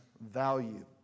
value